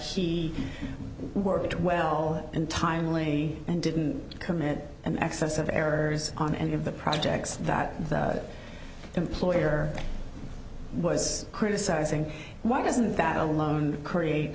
he worked well and timely and didn't commit an excess of errors on any of the projects that the employer was criticizing why wasn't that alone create